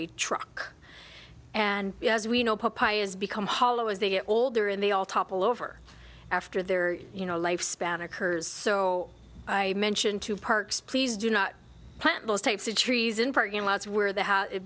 a truck and as we know papaya has become hollow as they get older and they all topple over after their you know life span occurs so i mention to parks please do not plant those types of trees in parking lots where the